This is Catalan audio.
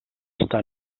està